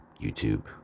YouTube